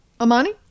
Amani